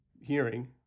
hearing